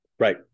Right